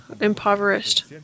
impoverished